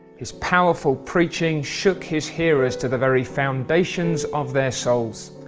his powerful preaching shook his hearers to the very foundations of their souls.